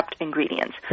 ingredients